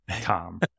Tom